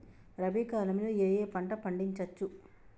రబీ కాలంలో ఏ ఏ పంట పండించచ్చు?